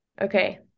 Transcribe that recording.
Okay